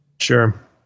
Sure